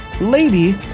lady